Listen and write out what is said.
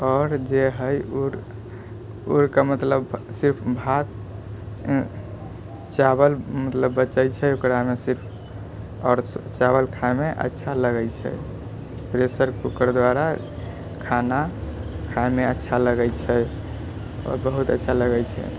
आओर जे है उड़िके मतलब सिर्फ भात चावल मतलब बचै छै ओकरामे सिर्फ आओर चावल खाइमे अच्छा लगै छै प्रेशर कूकर द्वारा खाना खाइमे अच्छा लगै छै आओर बहुत अच्छा लगै छै